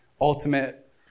ultimate